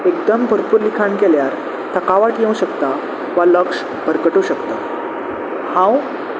एकदम भरपूर लिखाण केल्यार थकावट येवं शकता वा लक्ष भकटू शकता हांव